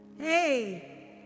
Hey